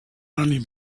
only